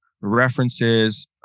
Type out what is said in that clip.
references